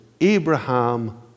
Abraham